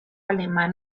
alemán